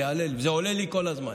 זה עולה כל הזמן,